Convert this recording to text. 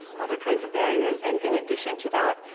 other kinds of barriers, and in addition to that,